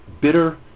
bitter